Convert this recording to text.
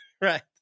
right